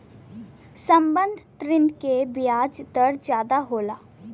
संबंद्ध ऋण के बियाज दर जादा होला